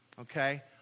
Okay